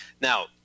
Now